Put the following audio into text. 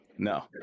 No